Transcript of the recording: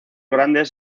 grandes